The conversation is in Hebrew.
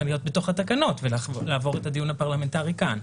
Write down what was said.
להיות בתוך התקנות ולעבור את הדיון הפרלמנטרי כאן.